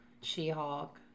She-Hulk